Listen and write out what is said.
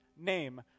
name